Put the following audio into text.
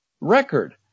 record